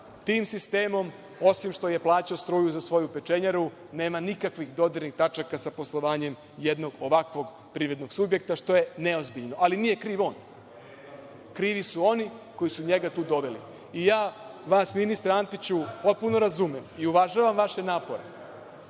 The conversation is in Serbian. tim sistemom, osim što je plaćao struju za svoju pečenjaru, nema nikakvih dodirnih tačaka sa poslovanjem jednog ovakvog privrednog subjekta, što je neozbiljno. Ali, nije kriv on. Krivi su oni koji su njega tu doveli. Ministre Antiću, ja vas potpuno razumem i uvažavam vaše napore,